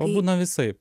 o būna visaip